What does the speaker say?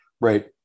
Right